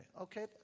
Okay